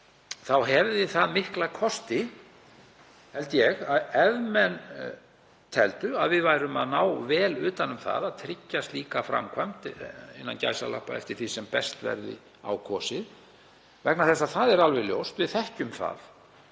þá hefði það mikla kosti, held ég, ef menn teldu að við værum að ná vel utan um það að tryggja slíka framkvæmd, „eftir því sem best verði á kosið,“ vegna þess að það er alveg ljóst, við þekkjum það,